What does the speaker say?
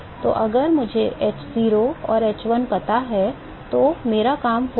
तो अगर मुझे h0 और h1 पता है तो मेरा काम हो गया